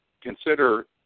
consider